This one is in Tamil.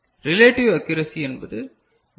ரிலேடிவ் அக்யுரசி என்பது 0